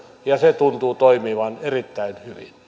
ja se tuntuu toimivan erittäin